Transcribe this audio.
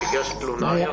הגשת תלונה?